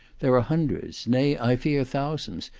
there are hundreds, nay, i fear thousands,